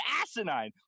asinine